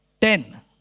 ten